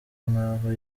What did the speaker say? nk’aho